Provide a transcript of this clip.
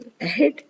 ahead